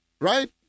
right